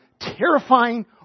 terrifying